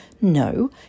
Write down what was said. No